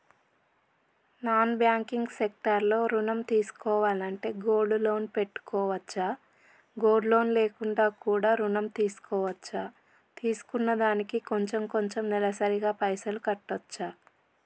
Non banking sector లో ఋణం తీసుకోవాలంటే గోల్డ్ లోన్ పెట్టుకోవచ్చా? గోల్డ్ లోన్ లేకుండా కూడా ఋణం తీసుకోవచ్చా? తీసుకున్న దానికి కొంచెం కొంచెం నెలసరి గా పైసలు కట్టొచ్చా?